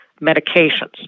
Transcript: medications